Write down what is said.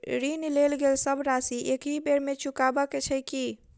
ऋण लेल गेल सब राशि एकहि बेर मे चुकाबऽ केँ छै की?